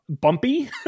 bumpy